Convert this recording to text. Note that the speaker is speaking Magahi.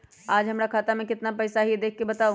आज हमरा खाता में केतना पैसा हई देख के बताउ?